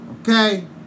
Okay